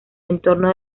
entorno